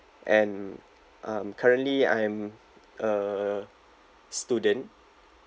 and um currently I'm a student